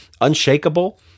Unshakable